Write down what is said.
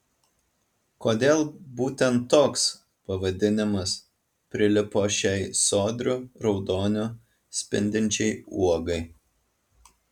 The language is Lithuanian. kodėl būtent toks pavadinimas prilipo šiai sodriu raudoniu spindinčiai uogai